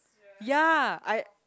ya I